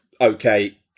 okay